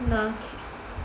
okay